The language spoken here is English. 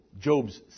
Job's